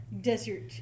Desert